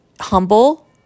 humble